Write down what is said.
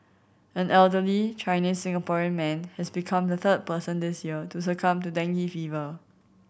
an elderly Chinese Singaporean man has become the third person this year to succumb to dengue fever